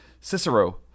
Cicero